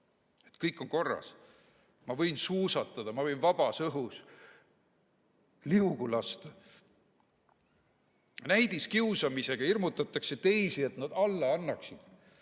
kõik on korras. Ma võin suusatada, ma võin vabas õhus liugu lasta. Näidiskiusamisega hirmutatakse teisi, et nad alla annaksid.